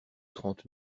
trente